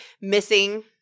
missing